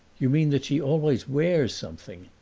you mean that she always wears something?